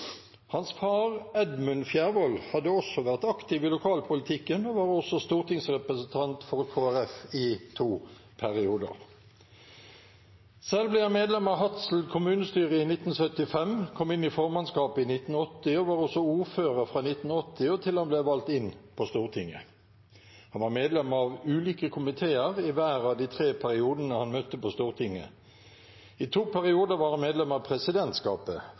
Hans far, Edmund Fjærvoll, hadde også vært aktiv i lokalpolitikken og var også stortingsrepresentant for Kristelig Folkeparti i to perioder. Selv ble han medlem av Hadsel kommunestyre i 1975, kom inn i formannskapet i 1980 og var også ordfører fra 1980 og til han ble valgt inn på Stortinget. Han var medlem av ulike komiteer i hver av de tre periodene han møtte på Stortinget. I to perioder var han medlem av presidentskapet,